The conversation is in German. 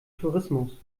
tourismus